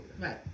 Right